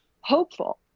hopeful